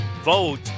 vote